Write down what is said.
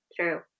True